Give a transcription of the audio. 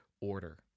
order